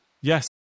Yes